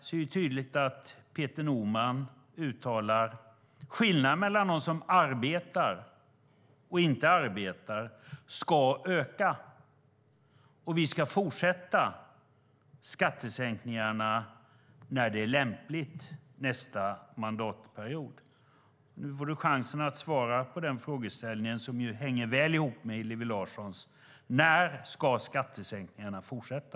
Jag ser tydligt att Peter Norman uttalar att skillnaden mellan dem som arbetar och dem som inte arbetar ska öka och att vi ska fortsätta med skattesänkningarna när det är lämpligt nästa mandatperiod. Nu får du chansen att svara på denna frågeställning, Anders Borg, som hänger väl ihop med Hillevi Larssons: När ska skattesänkningarna fortsätta?